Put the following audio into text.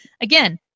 again